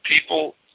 People